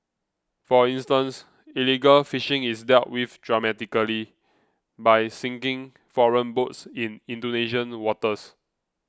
for instance illegal fishing is dealt with dramatically by sinking foreign boats in Indonesian waters